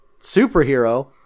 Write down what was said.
superhero